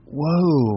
whoa